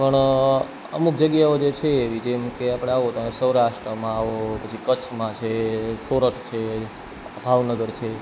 પણ અમુક જગ્યાઓ જે છે એવી જેમકે આપણે આવો તો સૌરાષ્ટ્રમાં આવો પછી કચ્છમાં છે સુરત છે ભાવનગર છે